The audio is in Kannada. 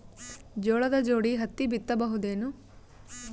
ಜೋಳದ ಜೋಡಿ ಹತ್ತಿ ಬಿತ್ತ ಬಹುದೇನು?